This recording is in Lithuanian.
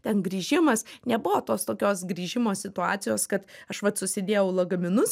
ten grįžimas nebuvo tos tokios grįžimo situacijos kad aš vat susidėjau lagaminus